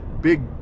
big